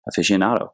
aficionado